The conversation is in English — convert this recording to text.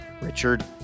Richard